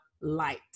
light